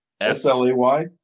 s-l-e-y